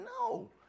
No